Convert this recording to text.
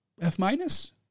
F-minus